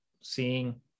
seeing